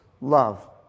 love